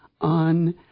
On